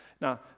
now